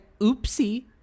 oopsie